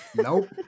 Nope